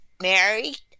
Married